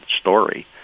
story